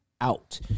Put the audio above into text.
out